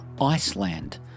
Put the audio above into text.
Iceland